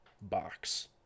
Box